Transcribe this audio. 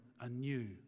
anew